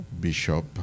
Bishop